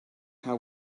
how